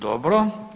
Dobro.